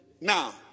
Now